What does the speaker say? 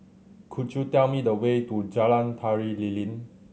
could you tell me the way to Jalan Tari Lilin